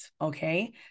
okay